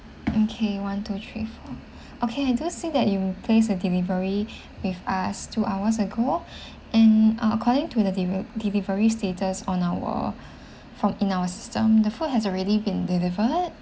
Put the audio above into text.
okay one two three four okay I do see that you place a delivery with us two hours ago and uh according to the deli~ delivery status on our from in our system the food has already been delivered